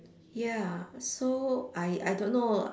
ya so I I don't know